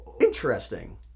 Interesting